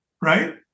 right